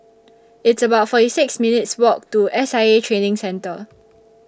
It's about forty six minutes' Walk to S I A Training Centre